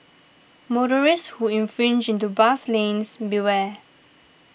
motorists who infringe into bus lanes beware